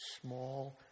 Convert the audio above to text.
small